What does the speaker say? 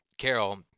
Carol